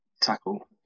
tackle